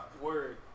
Word